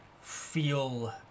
feel